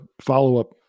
follow-up